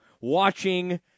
watching